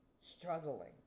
struggling